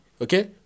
Okay